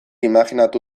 imajinatu